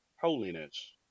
holiness